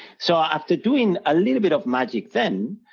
so, after doing a little bit of magic then,